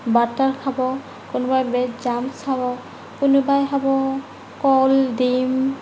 butter খাব কোনোবাই bread jams খাব কোনোবাই খাব কল ডিম